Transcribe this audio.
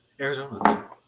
Arizona